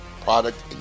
product